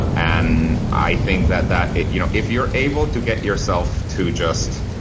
and i think that that you know if you're able to get yourself to just